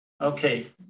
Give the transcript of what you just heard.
Okay